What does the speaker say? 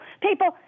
People